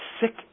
sick